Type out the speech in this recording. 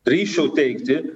drįsčiau teigti